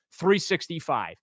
365